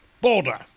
Border